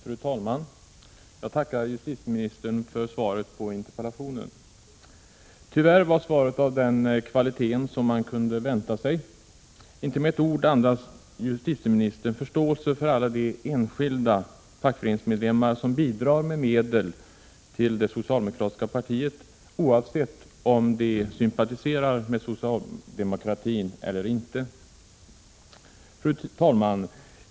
Fru talman! Jag tackar justitieministern för svaret på interpellationen. Tyvärr var svaret av den kvalitet man kunde vänta sig. Inte med ett ord andas justitieministern förståelse för alla de enskilda fackföreningsmedlemmar som bidrar med medel till det socialdemokratiska partiet, oavsett om de sympatiserar med socialdemokratin eller inte. Fru talman!